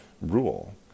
rule